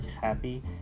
happy